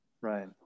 Right